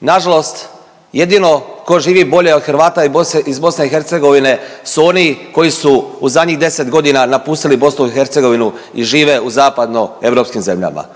nažalost jedino ko živi bolje od Hrvata iz BiH su oni koji su u zadnjih 10 godina napustili BiH i žive u zapadnoeuropskim zemljama.